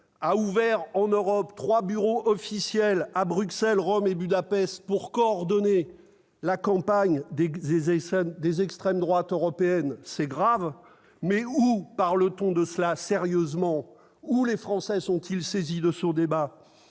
a ouvert trois bureaux officiels à Bruxelles, Rome et Budapest pour coordonner la campagne des extrêmes droites européennes. C'est grave ! Mais où parle-t-on de cela sérieusement ? Les Français sont-ils saisis de ce débat ?